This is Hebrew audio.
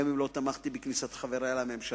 גם אם לא תמכתי בכניסת חברי לממשלה,